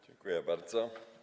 Dziękuję bardzo.